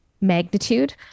magnitude